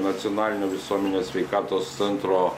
nacionalinio visuomenės sveikatos centro